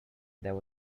there